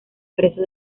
preso